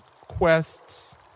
quests